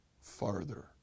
farther